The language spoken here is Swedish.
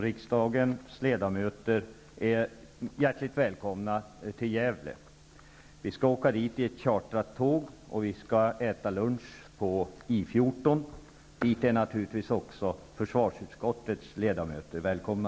Riksdagens ledamöter är hjärtligt välkomna till Gävle. Vi skall åka dit i ett chartrat tåg, och vi skall äta lunch på I 14, dit naturligtvis också försvarsutskottets ledamöter är välkomna.